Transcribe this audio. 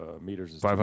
meters